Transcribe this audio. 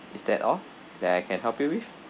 is that all that I can help you with